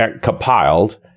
compiled